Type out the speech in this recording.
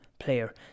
player